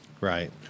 Right